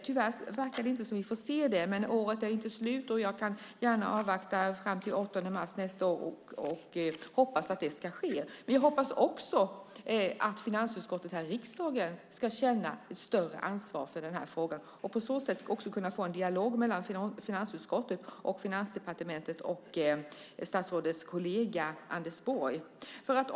Tyvärr verkar vi inte få det, men året är inte slut ännu och jag avvaktar gärna till den 8 mars nästa år och hoppas att så ska ske. Jag hoppas också att finansutskottet i riksdagen ska känna ett större ansvar för denna fråga för att på så sätt få en dialog mellan finansutskottet och statsrådets kollega Anders Borg vid Finansdepartement.